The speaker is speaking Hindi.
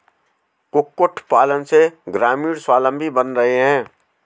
कुक्कुट पालन से ग्रामीण स्वाबलम्बी बन रहे हैं